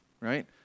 right